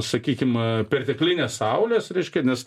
sakykim perteklinės saulės reiškia nes